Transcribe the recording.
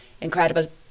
incredible